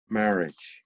marriage